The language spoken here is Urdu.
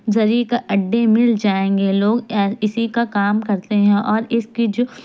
زری کا اڈے مل جائیں گے لوگ اسی کا کام کرتے ہیں اور اس کی جو